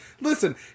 listen